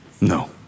No